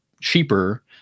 cheaper